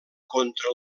contra